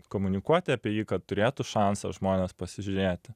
komunikuoti apie jį kad turėtų šansą žmonės pasižiūrėti